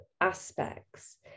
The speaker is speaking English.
aspects